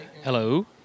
Hello